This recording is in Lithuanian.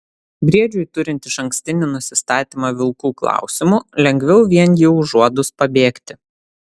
briedžiui turint išankstinį nusistatymą vilkų klausimu lengviau vien jį užuodus pabėgti